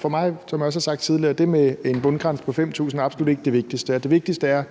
For mig, som jeg også har sagt tidligere, er det med en bundgrænse på 5.000 kr. absolut ikke det vigtigste. Det vigtigste er,